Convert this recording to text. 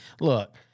look